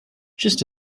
just